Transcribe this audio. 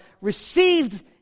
received